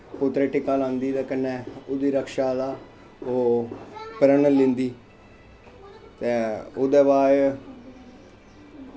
पुत्तरे गी टिक्का लोआंदी ते कन्नै ओह्दी रक्षा दा प्रण लैंदी ते ओह्दै बाद च